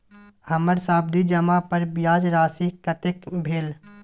हमर सावधि जमा पर ब्याज राशि कतेक भेल?